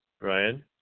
Ryan